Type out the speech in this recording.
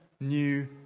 new